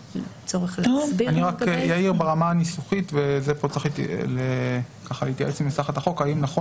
אני אעיר ברמה הניסוחי וצריך להתייעץ עם נסחת החוק האם נכון